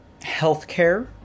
healthcare